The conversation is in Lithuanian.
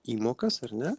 įmokas ar ne